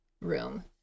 room